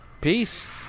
peace